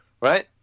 right